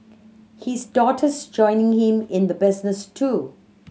his daughter's joining him in the business too